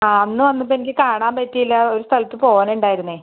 ആ അന്ന് വന്നപ്പോൾ എനിക്ക് കാണാൻ പറ്റിയില്ല ഒരു സ്ഥലത്ത് പോവാനുണ്ടായിരുന്നു